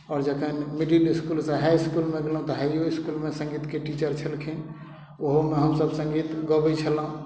आओर जखन मिडिल इसकुलसँ हाई इसकुलमे गेलहुँ तऽ हाइओ इसकुलमे सङ्गीतके टीचर छलखिन ओहोमे हमसब सङ्गीत गबय छलहुँ